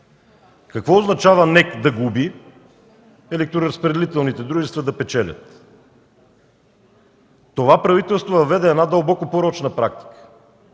компания да губи, електроразпределителните дружества да печелят?! Това правителство въведе една дълбоко порочна практика